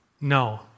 No